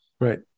Right